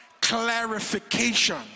clarification